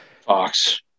Fox